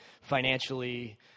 Financially